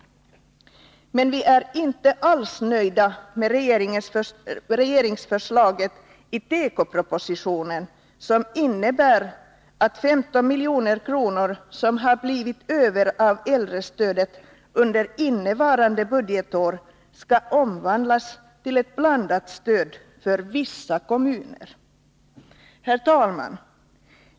Men vi är inte alls nöjda med det regeringsförslag i tekopropositionen som innebär att 15 milj.kr. som har blivit över av äldrestödet under innevarande budgetår skall omvandlas till ett blandat stöd för vissa kommuner. Herr talman!